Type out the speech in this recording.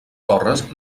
torres